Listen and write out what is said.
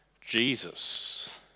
Jesus